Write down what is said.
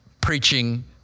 preaching